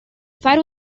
fare